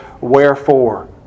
wherefore